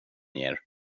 ger